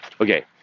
Okay